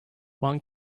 one